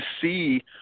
see